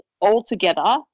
altogether